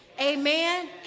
Amen